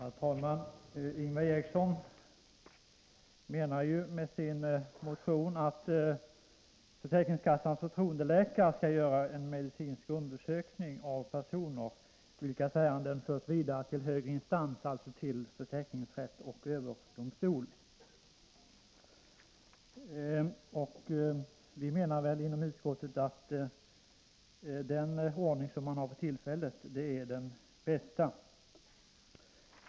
Herr talman! Ingvar Eriksson menar med sin motion att försäkringskassans förtroendeläkare skall göra en medicinsk undersökning av personer, vilkas ärenden förs vidare till högre instans, alltså till försäkringsrätt och försäkringsöverdomstol. Inom utskottet anser vi emellertid att den ordning som råder för tillfället är den bästa.